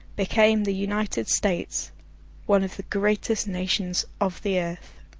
became the united states one of the greatest nations of the earth.